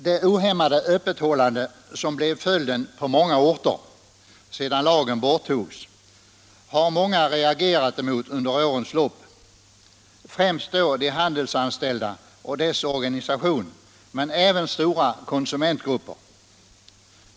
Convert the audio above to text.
Det ohämmade öppethållande som blev följden på många orter sedan lagen borttagits har många reagerat mot under årens lopp, främst då de handelsanställda och deras organisation men även stora konsumentgrupper.